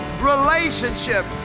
relationship